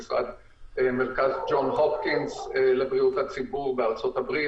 וזה מרכז ג'ון הופקינס לבריאות הציבור בארצות-הברית.